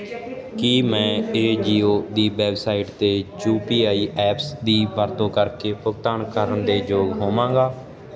ਕੀ ਮੈਂ ਏਜੀਓ ਦੀ ਵੈੱਬਸਾਈਟ 'ਤੇ ਯੂਪੀਆਈ ਐਪਸ ਦੀ ਵਰਤੋਂ ਕਰਕੇ ਭੁਗਤਾਨ ਕਰਨ ਦੇ ਯੋਗ ਹੋਵਾਂਗਾ